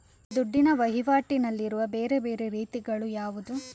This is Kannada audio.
ದುಡ್ಡಿನ ವಹಿವಾಟಿನಲ್ಲಿರುವ ಬೇರೆ ಬೇರೆ ರೀತಿಗಳು ಯಾವುದು?